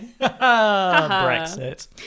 Brexit